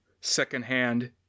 secondhand